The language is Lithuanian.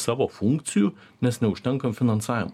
savo funkcijų nes neužtenka finansavimo